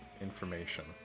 information